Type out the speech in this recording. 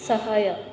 ಸಹಾಯ